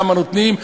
כמה נותנים?